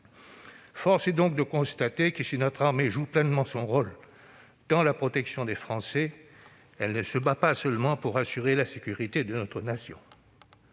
Force est donc de constater que, si notre armée joue pleinement son rôle dans la protection des Français, elle ne se bat pas seulement pour assurer la sécurité de notre nation.